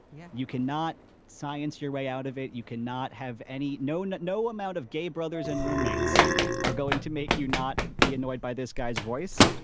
yeah. you can not science your way out of it. you can not have any. no, no. no amount of gay brothers and roommates are going to make you not be annoyed by this guy's voice.